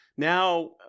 Now